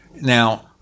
Now